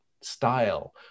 style